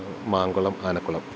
Mankulam Anakkulam